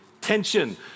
tension